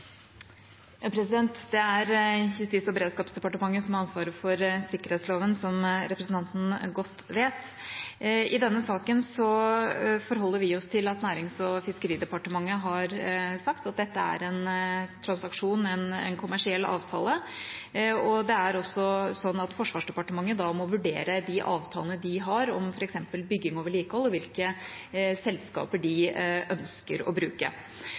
Det er Justis- og beredskapsdepartementet som har ansvar for sikkerhetsloven, som representanten godt vet. I denne saken forholder vi oss til at Nærings- og fiskeridepartementet har sagt at dette er en transaksjon, en kommersiell avtale, og det er også sånn at Forsvarsdepartementet da må vurdere de avtalene de har om f.eks. bygging og vedlikehold, og hvilke selskaper de ønsker å bruke.